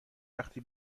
وقتی